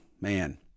Man